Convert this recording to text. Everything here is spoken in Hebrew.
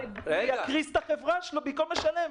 יקריס את החברה שלו במקום לשלם.